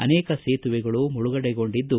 ಅನೇಕ ಸೇತುವೆಗಳು ಮುಳುಗಡೆಗೊಂಡಿದ್ದು